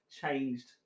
changed